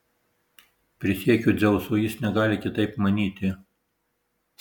prisiekiu dzeusu jis negali kitaip manyti